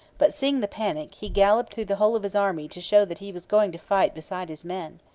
but, seeing the panic, he galloped through the whole of his army to show that he was going to fight beside his men.